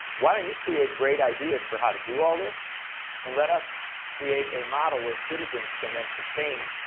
why don't you create great ideas for how to do all this and let us create a model where citizens can then sustain,